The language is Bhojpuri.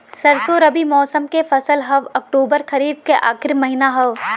सरसो रबी मौसम क फसल हव अक्टूबर खरीफ क आखिर महीना हव